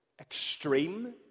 extreme